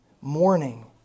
mourning